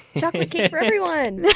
chocolate cake for everyone!